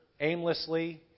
aimlessly